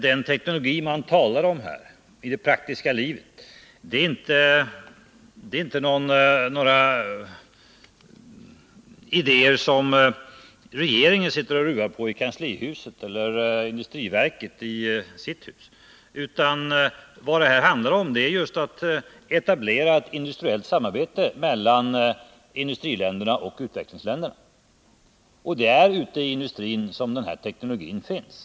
Den teknologi det i praktiken gäller, Mats Hellström, handlar inte bara om några idéer som regeringen eller industriverket sitter och ruvar på, utan vad det handlar om är just att etablera industriellt samarbete mellan industriländerna och utvecklingsländerna. Och det är i industrin som den här teknologin finns.